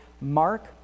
Mark